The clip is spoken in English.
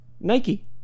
Nike